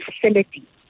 facility